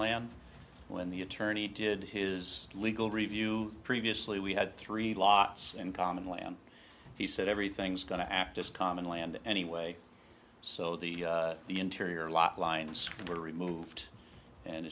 land when the attorney did his legal review previously we had three lots in common land he said everything's going to act just common land anyway so the the interior lot lines were removed and